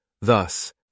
thus